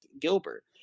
Gilbert